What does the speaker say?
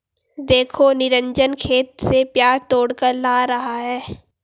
देखो निरंजन खेत से प्याज तोड़कर ला रहा है